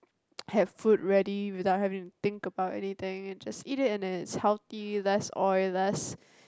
have food ready without having to think about anything and just eat it and then it's healthy less oil less